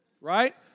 Right